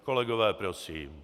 Kolegové, prosím.